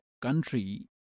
country